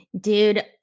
Dude